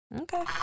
Okay